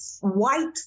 white